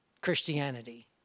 Christianity